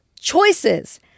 Choices